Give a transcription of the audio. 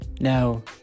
Now